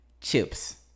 Chips